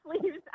sleeves